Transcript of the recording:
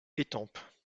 étampes